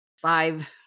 five